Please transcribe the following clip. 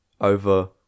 over